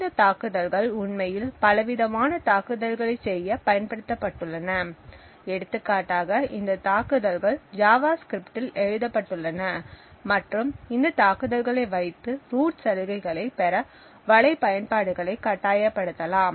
இந்த தாக்குதல்கள் உண்மையில் பலவிதமான தாக்குதல்களைச் செய்ய பயன்படுத்தப்பட்டுள்ளன எடுத்துக்காட்டாக இந்த தாக்குதல்கள் ஜாவாஸ்கிரிப்டில் எழுதப்பட்டுள்ளன மற்றும் இந்த தாக்குதல்களை வைத்து ரூட் சலுகைகளைப் பெற வலை பயன்பாடுகளை கட்டாயப்படுத்தலாம்